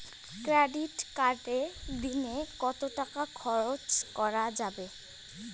Credit কার্ডে দিনে কত টাকা খরচ করা যাবে?